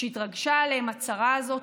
שהתרגשה עליהם הצרה הזאת,